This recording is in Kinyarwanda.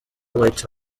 white